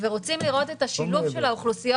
רוצים לראות את השילוב של האוכלוסיות